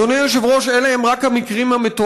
אדוני היושב-ראש, אלה הם רק המקרים המתועדים.